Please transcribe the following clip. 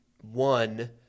one